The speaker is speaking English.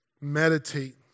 meditate